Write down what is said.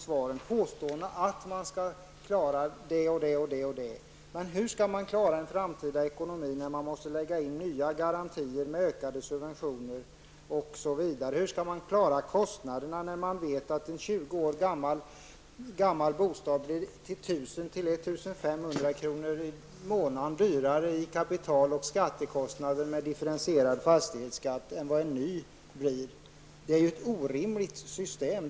Vi har hört påståenden om att man skall klara det och det, men hur skall man klara en framtida ekonomi när man måste lägga in nya garantier med ökade subventioner osv.? Hur skall man klara kostnaderna när man vet att en 20 år gammal bostad blir 1 000 till 1 500 kr. i månaden dyrare i kapital och skattekostnader med differentierad fastighetsskatt än vad en ny bostad blir? Det är ju ett orimligt system.